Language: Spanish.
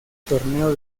torneo